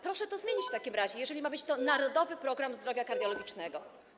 Proszę to zmienić w takim razie, jeżeli ma to być Narodowy Program Zdrowia Kardiologicznego.